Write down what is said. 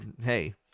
hey